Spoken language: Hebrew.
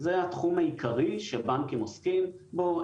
זה התחום העיקרי שבנקים עוסקים בו.